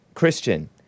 Christian